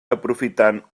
aprofitant